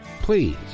Please